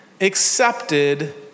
accepted